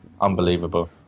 unbelievable